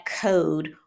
code